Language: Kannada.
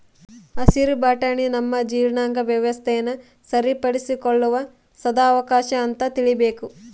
ಹಸಿರು ಬಟಾಣಿ ನಮ್ಮ ಜೀರ್ಣಾಂಗ ವ್ಯವಸ್ಥೆನ ಸರಿಪಡಿಸಿಕೊಳ್ಳುವ ಸದಾವಕಾಶ ಅಂತ ತಿಳೀಬೇಕು